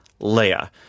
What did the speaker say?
Leia